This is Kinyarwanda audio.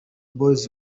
boyz